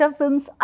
films